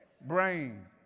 brain